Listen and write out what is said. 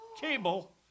cable